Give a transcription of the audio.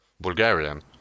Bulgarian